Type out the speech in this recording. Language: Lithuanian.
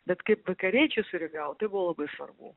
bet kaip vakariečiai sureagavo tai buvo labai svarbu